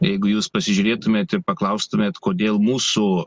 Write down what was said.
jeigu jūs pasižiūrėtumėt ir paklaustumėt kodėl mūsų